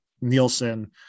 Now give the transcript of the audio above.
Nielsen